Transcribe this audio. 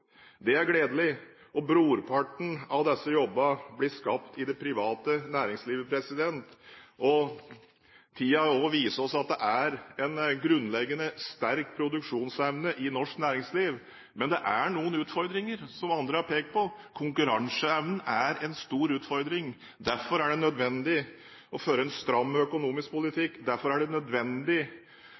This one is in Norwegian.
Det er gledelig. Brorparten av disse jobbene blir skapt i det private næringsliv, og tiden viser oss at det er en grunnleggende sterk produksjonsevne i norsk næringsliv. Men det er noen utfordringer, som andre har pekt på: Konkurranseevnen er en stor utfordring. Derfor er det nødvendig å føre en stram økonomisk politikk, derfor er det nødvendig